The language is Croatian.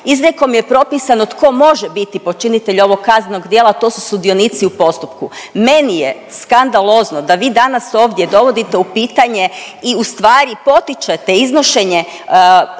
Izrijekom je propisano tko može biti počinitelj ovog kaznenog djela, a to su sudionici u postupku. Meni je skandalozno da vi danas ovdje dovodite u pitanje i ustvari potičete iznošenje